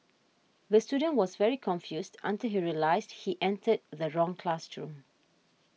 the student was very confused until he realised he entered the wrong classroom